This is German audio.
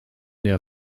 der